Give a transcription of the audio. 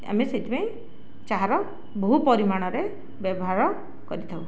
ଆମେ ସେଥିପାଇଁ ଚାହାର ବହୁ ପରିମାଣରେ ବ୍ୟବହାର କରିଥାଉ